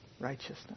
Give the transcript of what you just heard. Righteousness